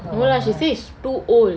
no lah she said it's too old